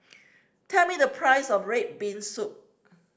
tell me the price of red bean soup